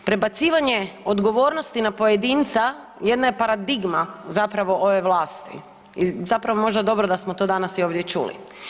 Prebacivanje odgovornosti na pojedinca jedna je paradigma zapravo ove vlasti, zapravo, možda dobro da smo to danas i ovdje čuli.